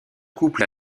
couple